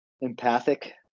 empathic